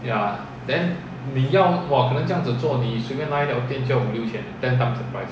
ya